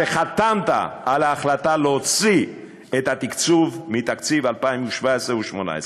שחתמת על ההחלטה להוציא את התקצוב מתקציב 2017 ו-2018.